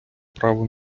право